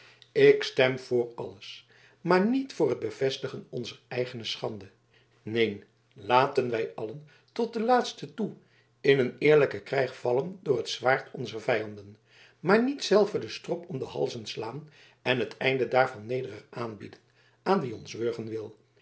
ik stem voor alles maar niet voor het bevestigen onzer eigene schande neen laten wij allen tot den laatsten toe in een eerlijken krijg vallen door het zwaard onzer vijanden maar niet zelven den strop om de halzen slaan en het einde daarvan nederig aanbieden aan wie ons wurgen wil